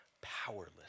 powerless